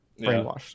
brainwashed